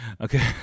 okay